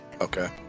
okay